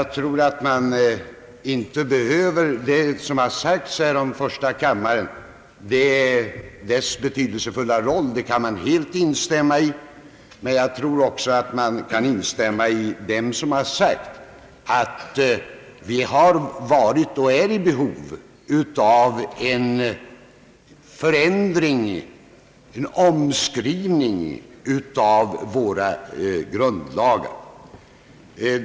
Det som har sagts om första kammarens betydelsefulla roll kan jag helt instämma i. Jag tror också man kan instämma i att vi har varit och är i behov av en förändring, en omskrivning av våra grundlagar.